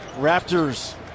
Raptors